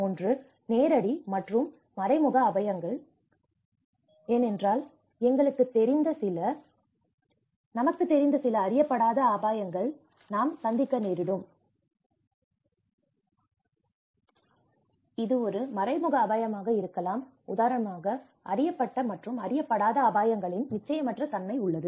ஒன்று நேரடி மற்றும் மறைமுக அபாயங்கள் ஏனென்றால் எங்களுக்குத் தெரிந்த சில ஆபத்து இருக்கும் ஆனால் சுகாதார அம்சத்தில் சில நமக்கு தெரிந்த சில அறியப்படாத அபாயங்களை நாம் சந்திக்க நேரிடும் இது ஒரு மறைமுக அபாயமாக இருக்கலாம் உதாரணமாக அறியப்பட்ட மற்றும் அறியப்படாத அபாயங்களின் நிச்சயமற்ற தன்மை உள்ளது